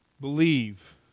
believe